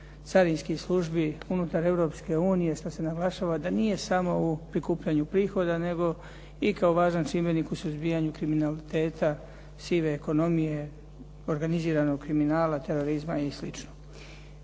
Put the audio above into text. carinskih službi unutar Europske unije, što se naglašava da nije samo u prikupljanju prihoda, nego i kao važan čimbenik u suzbijanju kriminaliteta sive ekonomije, organiziranog kriminala, terorizma i